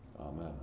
Amen